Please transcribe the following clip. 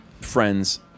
friend's